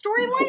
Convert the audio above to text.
storyline